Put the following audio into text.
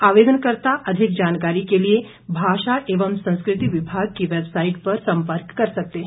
आवेदनकर्ता अधिक जानकारी के लिए भाषा एवं संस्कृति विभाग की वेबसाइट पर संपर्क कर सकते है